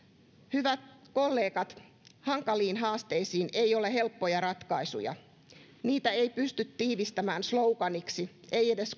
hyvät kollegat hankaliin haasteisiin ei ole helppoja ratkaisuja niitä ei pysty tiivistämään sloganiksi ei edes